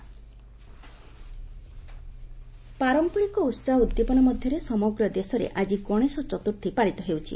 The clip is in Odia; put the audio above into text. ଗଣେଶ ଚତୁର୍ଥୀ ପାରମ୍ପରିକ ଉତ୍ପାହ ଉଦ୍ଦୀପନା ମଧ୍ୟରେ ସମଗ୍ର ଦେଶରେ ଆଜି ଗଣେଶ ଚତ୍ର୍ଥୀ ପାଳିତ ହେଉଛି